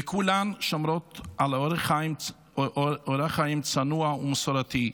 וכולן שומרות על אורח חיים צנוע ומסורתי.